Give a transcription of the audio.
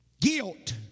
Guilt